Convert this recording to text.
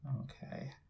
Okay